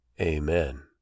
Amen